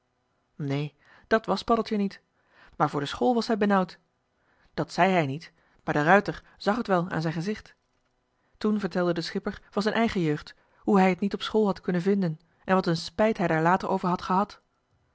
neen dat was paddeltje niet maar voor de school was hij benauwd dat zei hij niet maar de ruijter zag het wel aan zijn gezicht joh h been paddeltje de scheepsjongen van michiel de ruijter toen vertelde de schipper van zijn eigen jeugd hoe hij het niet op school had kunnen vinden en wat een spijt hij daar later over had gehad